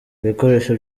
ibikoresho